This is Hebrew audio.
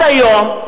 עד היום,